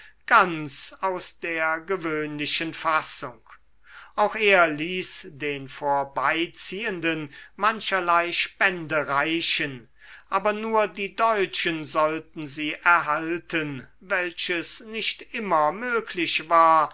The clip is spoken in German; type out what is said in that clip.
ganz aus der gewöhnlichen fassung auch er ließ den vorbeiziehenden mancherlei spende reichen aber nur die deutschen sollten sie erhalten welches nicht immer möglich war